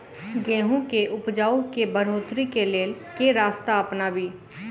गेंहूँ केँ उपजाउ केँ बढ़ोतरी केँ लेल केँ रास्ता अपनाबी?